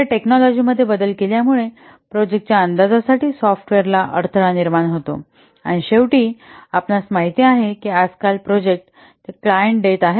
तर टेक्नोलोजीमध्ये बदल केल्यामुळे प्रोजेक्टाच्या अंदाजासाठी सॉफ्टवेअरलाही अडथळा निर्माण होतो आणि शेवटी आपणास माहित आहे की आजकाल प्रोजेक्ट ते काय क्लायंट देत आहेत